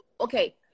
okay